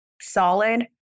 solid